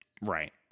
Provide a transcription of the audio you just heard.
Right